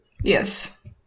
Yes